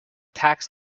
tax